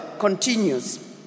Continues